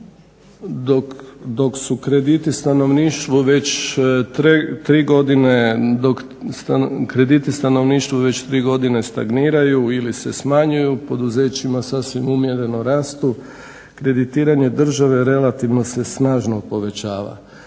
Dok su krediti stanovništvu već tri godine stagniraju ili se smanjuju poduzećima sasvim umjereno rastu, kreditiranje države relativno se snažno povećava.